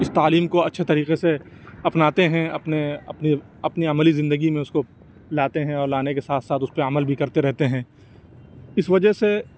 اِس تعلیم کو اچھے طریقے سے اپناتے ہیں اپنے اپنی اپنی عملی زندگی میں اِس کو لاتے ہیں اور لانے کے ساتھ ساتھ اُس پہ عمل بھی کرتے رہتے ہیں اِس وجہ سے